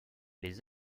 les